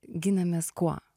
ginamės kuo